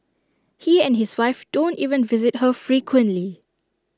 he and his wife don't even visit her frequently